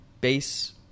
base